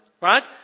right